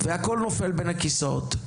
והכל נופל בין הכיסאות,